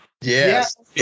yes